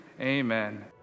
Amen